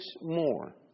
more